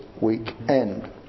weekend